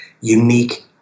unique